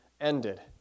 ended